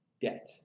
debt